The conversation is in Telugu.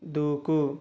దూకు